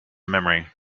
memory